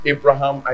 Abraham